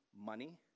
money